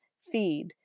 feed